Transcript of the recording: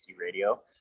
Radio